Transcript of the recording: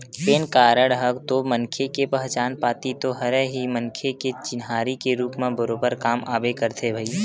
PAN card ह तो मनखे के पहचान पाती तो हरे ही मनखे के चिन्हारी के रुप म बरोबर काम आबे करथे भई